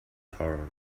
torn